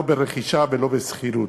לא ברכישה ולא בשכירות.